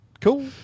Cool